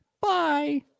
Bye